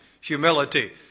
humility